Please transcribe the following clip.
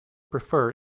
prefer